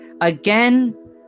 again